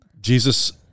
Jesus